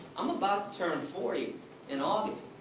i'm about to turn forty in august,